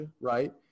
right